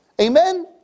Amen